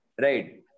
Right